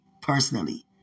personally